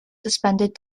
suspended